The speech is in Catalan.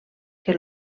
que